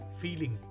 feeling